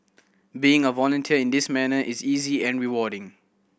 being a volunteer in this manner is easy and rewarding